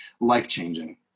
life-changing